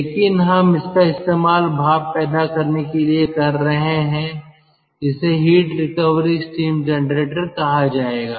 लेकिन हम इसका इस्तेमाल भाप पैदा करने के लिए कर रहे हैं इसे हीट रिकवरी स्टीम जनरेटर कहा जाएगा